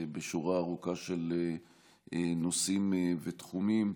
בשורה ארוכה של נושאים ותחומים.